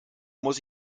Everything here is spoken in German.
muss